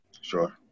sure